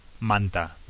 Manta